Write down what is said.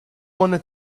wanna